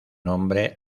nombre